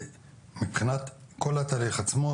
מבחינת כל התהליך עצמו,